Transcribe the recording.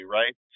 right